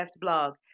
blog